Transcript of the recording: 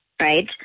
right